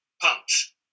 punch